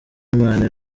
imana